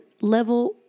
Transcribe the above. level